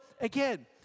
again